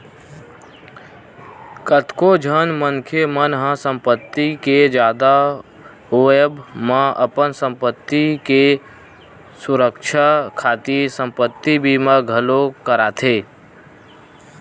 कतको झन मनखे मन ह संपत्ति के जादा होवब म अपन संपत्ति के सुरक्छा खातिर संपत्ति बीमा घलोक कराथे